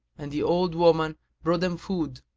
and the old woman brought them food,